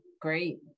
great